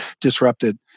disrupted